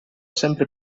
sempre